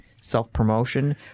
self-promotion